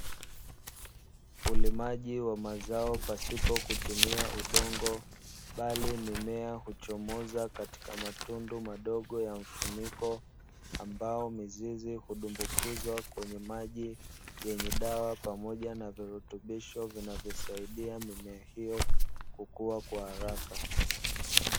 Ulimaji wa mazao pasipo kutumia udongo bali, mimea uchomoza katika matundu madogo ya mfuniko, ambayo mizizi undumbukizwa kwenye maji yenye dawa pamoja na virutubisho, vinavyosaidia mimea hiyo kukua kwa haraka.